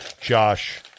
Josh